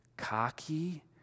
cocky